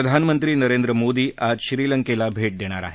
प्रधानमंत्री नरेंद्र मोदी आज श्रीलंकेला भेट देणार आहेत